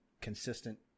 consistent